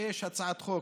כשיש הצעת חוק,